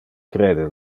crede